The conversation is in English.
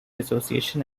association